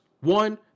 One